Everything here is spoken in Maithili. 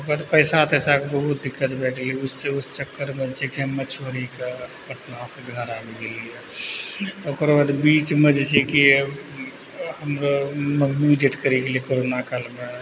ओकर पैसा तैसाके बहुत दिक्कत भऽ गेलै उस चक्करमे जे छै कि छोड़िकऽ पटनासँ घर आबि गेलिए ओकर बाद बीचमे जे छै कि हमरो मम्मी डेथ करि गेलै कोरोना कालमे